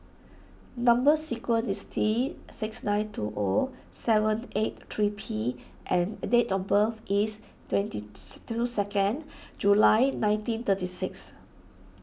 Number Sequence is T six nine two O seven eight three P and date of birth is twenty two second July nineteen thirty six